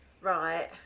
Right